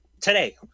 today